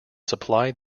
supply